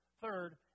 Third